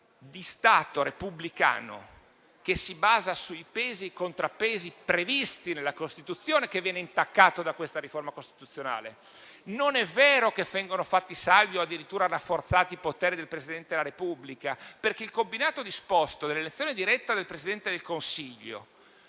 di Stato repubblicano che si basa sui pesi e i contrappesi previsti nella Costituzione che viene intaccato da questa riforma costituzionale: non è vero che vengono fatti salvi o addirittura rafforzati i poteri del Presidente della Repubblica, perché il combinato disposto dell'elezione diretta del Presidente del Consiglio,